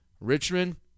Richmond